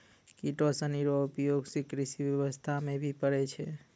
किटो सनी रो उपयोग से कृषि व्यबस्था मे भी पड़ै छै